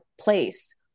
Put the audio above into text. place